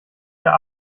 der